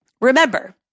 remember